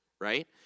right